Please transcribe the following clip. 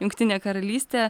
jungtinė karalystė